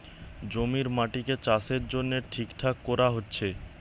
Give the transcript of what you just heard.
জমির মাটিকে চাষের জন্যে ঠিকঠাক কোরা হচ্ছে